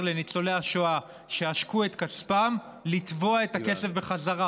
לניצולי השואה שעשקו את כספם לתבוע את הכסף בחזרה.